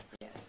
Yes